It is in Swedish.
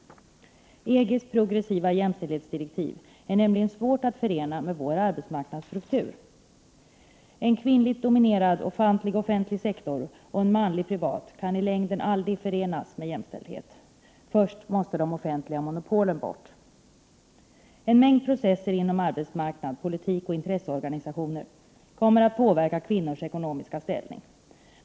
EG:s progressiva jämställdhetsdirektiv är nämligen svåra att förena med vår arbetsmarknadsstruktur. En kvinnligt dominerad ofantlig offentlig sektor och en manligt dominerad privat kan i längden aldrig förenas med jämställdhet. Först måste de offentliga monopolen bort! En mängd processer inom arbetsmarknad, politik och intresseorganisationer kommer att påverka kvinnors ekonomiska ställning.